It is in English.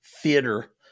theater